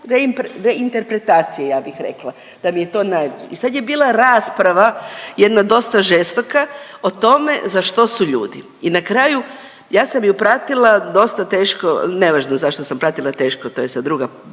reinterpretacije ja bih rekla, da mi je to … i sad je bila rasprava jedna dosta žestoka o tome za što su ljudi. I na kraju ja sam ju pratila dosta teško, nevažno zašto sam pratila teško to je sad drugi